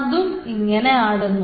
അതും ഇങ്ങനെ ആടുന്നു